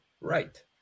right